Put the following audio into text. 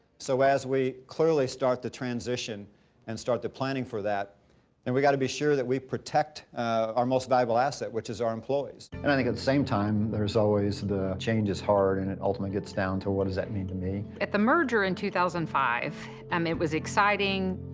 so as we clearly start the transition and start the planning for that and we've got to be sure that we protect our most valuable asset, which is our employees. and i think at the same time there's always the change is hard and it ultimately gets down to what does that mean to me? at the merger in two thousand and five um it was exciting,